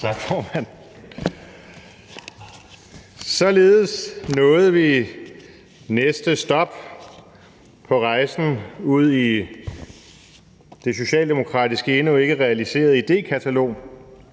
Således nåede vi næste stop på rejsen udi det socialdemokratiske endnu ikke realiserede idékatalog,